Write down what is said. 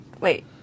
Wait